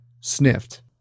sniffed